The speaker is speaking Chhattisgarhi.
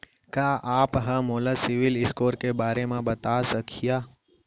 का आप हा मोला सिविल स्कोर के बारे मा बता सकिहा?